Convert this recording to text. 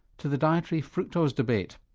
to the dietary fructose debate.